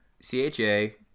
C-H-A